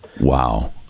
Wow